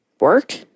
work